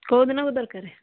କେଉଁ ଦିନକୁ ଦରକାର